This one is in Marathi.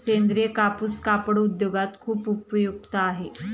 सेंद्रीय कापूस कापड उद्योगात खूप उपयुक्त आहे